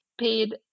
paid